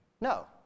No